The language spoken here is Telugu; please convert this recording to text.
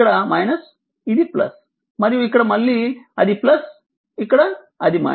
ఇక్కడ ఇది మరియు ఇక్కడ మళ్ళీ అది ఇక్కడ అది